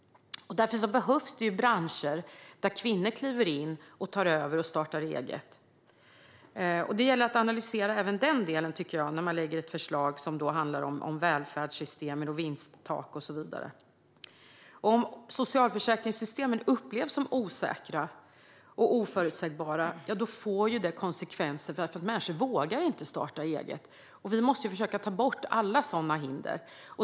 Därför behövs det branscher där kvinnor kliver in, tar över och startar eget. Det gäller att analysera även den delen när man lägger fram ett förslag som handlar om välfärdssystemen, vinsttak och så vidare. Om socialförsäkringssystemen upplevs som osäkra och oförutsägbara får det konsekvenser. Människor vågar inte starta eget. Vi måste försöka ta bort alla sådana hinder.